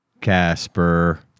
Casper